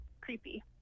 creepy